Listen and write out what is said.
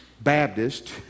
Baptist